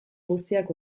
guztiak